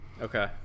Okay